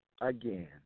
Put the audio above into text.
again